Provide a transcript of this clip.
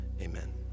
amen